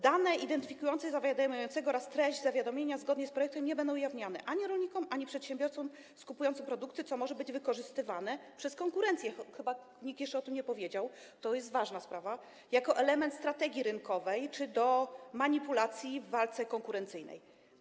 Dane identyfikujące zawiadamiającego oraz treść zawiadomienia zgodnie z projektem nie będą ujawniane ani rolnikom, ani przedsiębiorcom skupującym produkty, co może być wykorzystywane przez konkurencję, chyba nikt jeszcze o tym nie powiedział, a to jest ważna sprawa, jako element strategii rynkowej czy do manipulacji w walce konkurencyjnej.